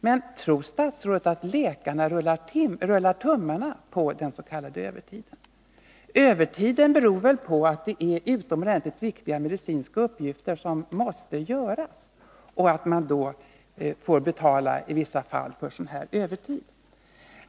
Men tror statsrådet att läkarna rullar tummarna på den s.k. övertiden? Övertiden beror väl på att det är utomordentligt viktiga läkaruppgifter som måste utföras och att man då i vissa fall får betala för övertid.